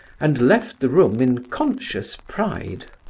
and left the room in conscious pride.